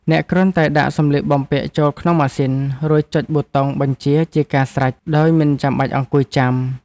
អ្នកគ្រាន់តែដាក់សម្លៀកបំពាក់ចូលក្នុងម៉ាស៊ីន រួចចុចប៊ូតុងបញ្ជាជាការស្រេចដោយមិនចាំបាច់អង្គុយចាំ។